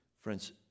Friends